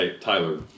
Tyler